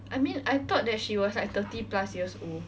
I mean I thought that she was like thirty plus years old